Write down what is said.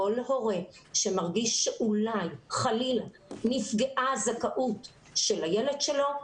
כל הורה שמרגיש שאותי חלילה נפגעה הזכאות של הילד שלו,